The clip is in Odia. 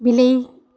ବିଲେଇ